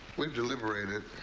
we've deliberated